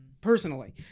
personally